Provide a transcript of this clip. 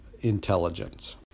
intelligence